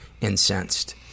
incensed